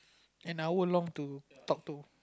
an hour long to talk to